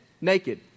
naked